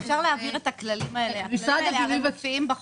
הכללים האלה הרי מופיעים בחוק.